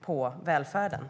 på välfärden.